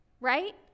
Right